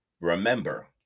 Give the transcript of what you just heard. Remember